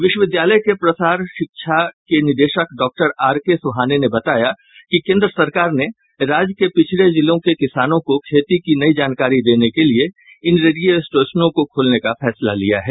विश्वविद्यालय के प्रसार शिक्षा के निदेशक डॉक्टर आर के सोहाने ने बताया कि केंद्र सरकार ने राज्य के पिछड़े जिलों के किसानों को खेती की नई जानकारी देने के लिये इन रेडियो स्टेशनों को खोलने का फैसला लिया है